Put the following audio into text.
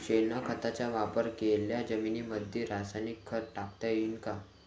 शेणखताचा वापर केलेल्या जमीनीमंदी रासायनिक खत टाकता येईन का?